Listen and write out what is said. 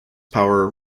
power